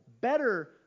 better